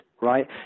right